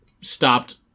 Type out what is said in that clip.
stopped